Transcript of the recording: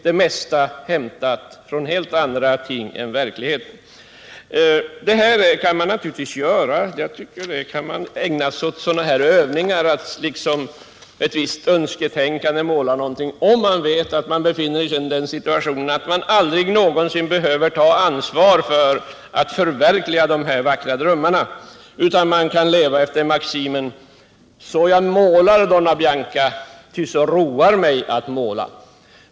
— Det mesta är hämtat från helt andra ting än verkligheten. Sådana här övningar i att önsketänkande kan man naturligtvis ägna sig åt om man befinner sig i den situationen att man aldrig någonsin behöver ta ansvar för att förverkliga sina vackra drömmar utan kan leva efter maximen: Så jag målar donna Bianca, ty så roar mig att måla.